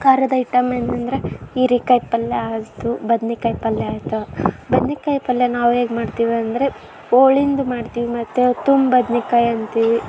ಖಾರದ ಐಟಮ್ ಏನಂದರೆ ಹೀರಿಕಾಯ್ ಪಲ್ಯ ಆಯಿತು ಬದ್ನೆಕಾಯ್ ಪಲ್ಯ ಆಯಿತು ಬದ್ನೆಕಾಯ್ ಪಲ್ಯ ನಾವು ಹೇಗ್ ಮಾಡ್ತೀವಂದರೆ ಹೋಳಿಂದು ಮಾಡ್ತೀವಿ ಮತ್ತು ತುಂಬೋ ಬದ್ನೆಕಾಯ್ ಅಂತೀವಿ